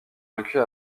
vaincus